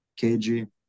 kg